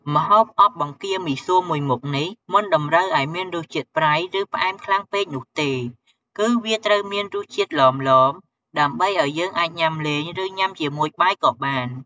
ម្ហូបអប់បង្គាមីសួរមួយមុខនេះ មិនតម្រូវឲ្យមានរសជាតិប្រៃ ឬ ផ្អែមខ្លាំងពេកនោះទេ គឺវាត្រូវមានរសជាតិឡមៗ ដើម្បីឱ្យយើងអាចញុំាលេង ឬញុំាជាមួយបាយក៏បាន។